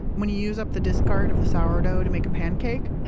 when you use up the discard of the sourdough to make a pancake,